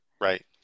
Right